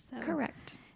Correct